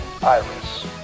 Iris